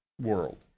world